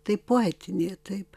tai poetinė taip